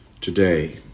today